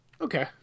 Okay